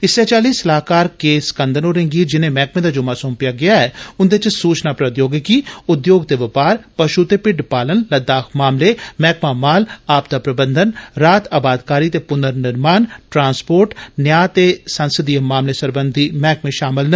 इस्सै चाली स्लाहकार के स्कंदन होरें गी जिनें मैह्कमें दा जुम्मा सौंपे दा ऐ उन्दे च सूचना प्रोद्योगिकी उद्योग ते बपार पषु ते भिड्ड पालन लद्दाख मामले मैह्कमां माल आपदा प्रबंधन राह्त अबादकारी ते पुननिर्माण ट्रांस्पोर्ट न्याय ते संसदीय मामलें सरबंधी मैह्कमें षामल न